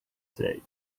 say